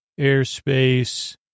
airspace